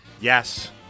Yes